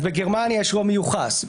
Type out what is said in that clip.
בגרמניה יש רוב מיוחס,